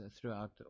throughout